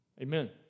Amen